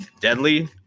deadly